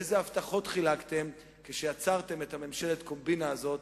אילו הבטחות חילקתם כשיצרתם את ממשלת הקומבינה הזאת,